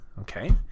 Okay